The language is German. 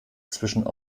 zwischen